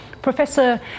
Professor